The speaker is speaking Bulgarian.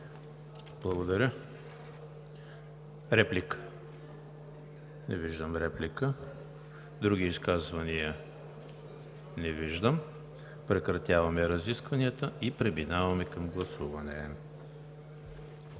Благодаря. Реплика? Не виждам. Други изказвания? Не виждам. Прекратявам разискванията и преминаваме към гласуване.